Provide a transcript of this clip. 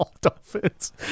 Dolphins